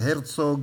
"הרצוג",